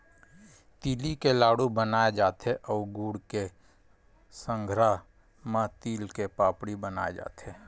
तिली के लाडू बनाय जाथे अउ गुड़ के संघरा म तिल के पापड़ी बनाए जाथे